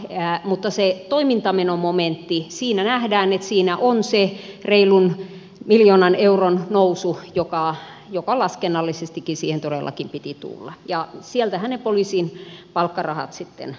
eräät muut lisämäärärahoja mutta siinä toimintamenomomentissa nähdään että siinä on se reilun miljoonan euron nousu jonka laskennallisestikin siihen todellakin piti tulla ja sieltähän ne poliisin palkkarahat sitten maksetaan